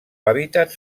hàbitat